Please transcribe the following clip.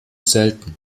selten